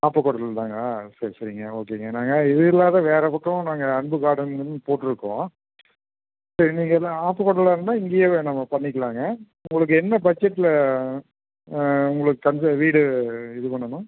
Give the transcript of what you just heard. ஆப்பக்கூடல் தானா சரி சரிங்க ஓகேங்க நாங்கள் இது இல்லாம வேறு பக்கம் நாங்கள் அன்பு கார்டன்னு போட்டுருக்கோம் சரி நீங்கள் என்ன ஆப்பக்கூடலில் இருந்தால் இங்கயே நம்ம பண்ணிக்கலாங்க உங்களுக்கு என்ன பட்ஜெட்டில் உங்களுக்கு தகுந்த வீடு இது பண்ணணும்